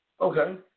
Okay